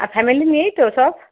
আর family নিয়েই তো সব